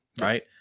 Right